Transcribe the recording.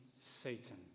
Satan